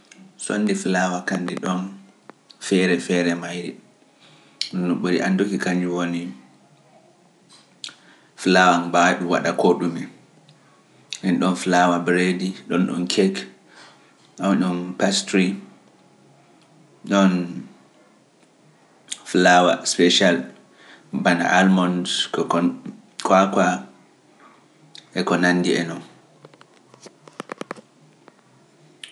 Sondi Flaawa kanndi ɗoon feere feere mayri, ɗum nuɓɓudi anduki kañum woni Flaawa mbaɗi waɗa koɗumi, en ɗoon Flaawa Brady ɗon ɗun Cake, ɗoon Pastry, ɗoon Flaawa spéciale ɓana Almond e ko nanndi e noon.